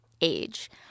age